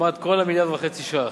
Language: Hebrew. כמעט כל המיליארד וחצי ש"ח,